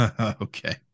Okay